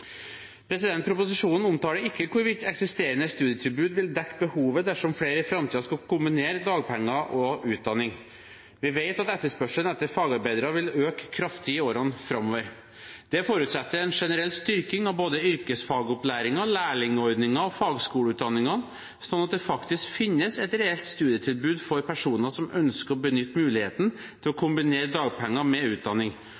Proposisjonen omtaler ikke hvorvidt eksisterende studietilbud vil dekke behovet dersom flere i framtiden skal kombinere dagpenger og utdanning. Vi vet at etterspørselen etter fagarbeidere vil øke kraftig i årene framover. Det forutsetter en generell styrking av både yrkesfagopplæringen, lærlingordningen og fagskoleutdanningene, sånn at det faktisk finnes et reelt studietilbud for personer som ønsker å benytte muligheten til å